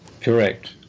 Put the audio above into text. Correct